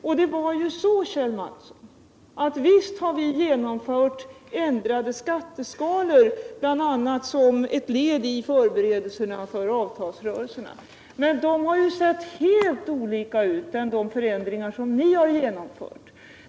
Visst har vi genomfört förändringar av skatteskalorna, Kjell Mattsson, bl.a. som ett led i förberedelserna för avtalsrörelserna. Men de har sett helt annorlunda ut än de förändringar som ni har genomfört.